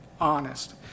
honest